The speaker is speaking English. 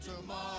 tomorrow